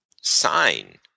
sign